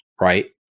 right